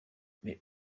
mais